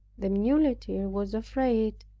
the muleteer was afraid,